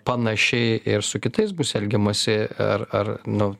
panašiai ir su kitais bus elgiamasi ar ar nu